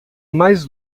mais